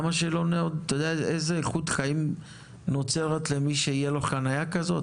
אתה יודע איזו איכות חיים נוצרת למי שתהיה לו חניה כזו?